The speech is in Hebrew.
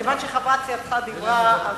כיוון שחברת סיעתך דיברה,